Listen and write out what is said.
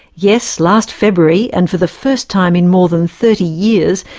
yes, last february, and for the first time in more than thirty years,